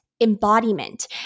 embodiment